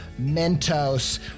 Mentos